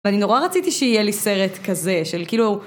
ואני נורא רציתי שיהיה לי סרט כזה, של כאילו...